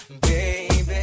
baby